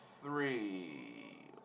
three